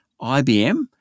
IBM